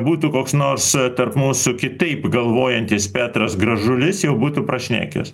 būtų koks nors tarp mūsų kitaip galvojantis petras gražulis jau būtų prašnekęs